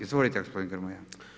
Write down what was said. Izvolite gospodine Grmoja.